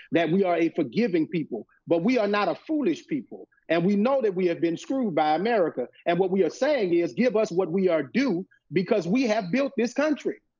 that we are a forgiving people. but we are not a foolish people and we know that we have been screwed by america. and what we are saying is, give us what we are due because we have built this country.